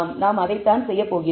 நாம் அதைத்தான் செய்யப் போகிறோம்